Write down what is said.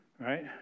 Right